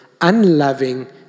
unloving